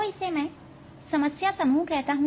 तो इसे मैं समस्या समूह कहता हूं